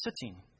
sitting